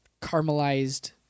caramelized